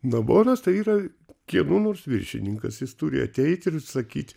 nabonas tai yra kieno nors viršininkas jis turi ateiti ir sakyt